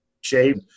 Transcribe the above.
shape